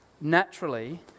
Naturally